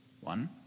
One